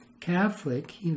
catholic